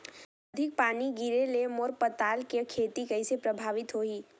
अधिक पानी गिरे ले मोर पताल के खेती कइसे प्रभावित होही?